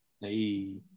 Hey